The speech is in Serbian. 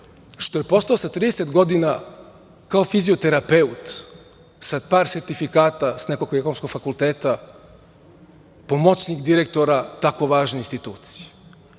što je postao sa 30 godina kao fizioterapeut sa par sertifikata sa nekog ekonomskog fakulteta pomoćnik direktora tako važne institucije,